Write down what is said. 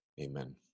Amen